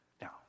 Now